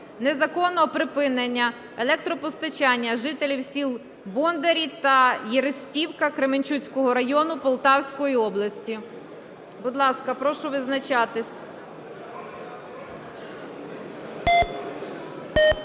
незаконного припинення електропостачання жителям сіл Бондарі та Єристівка Кременчуцького району Полтавської області. Будь ласка, прошу визначатися.